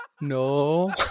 No